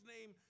name